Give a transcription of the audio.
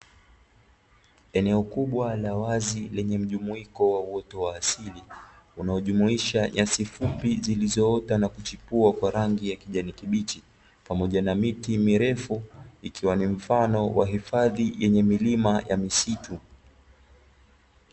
Eneo kubwa la wazi lenye mjumuiko wa uoto wa asili, unaojumuisha nyasi fupi zilizoota na kuchepua rangi ya kijani kibichi pamoja na miti mirefu. Ikiwa ni mfano wa hifadhi yenye milima na misitu.